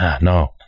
No